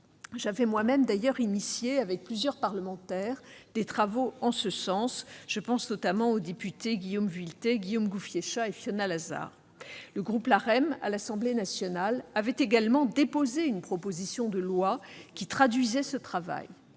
J'avais moi-même d'ailleurs engagé des travaux en ce sens avec plusieurs parlementaires- je pense notamment aux députés Guillaume Vuilletet, Guillaume Gouffier-Cha et Fiona Lazaar. Le groupe LaREM de l'Assemblée nationale avait également déposé une proposition de loi qui traduisait ce travail.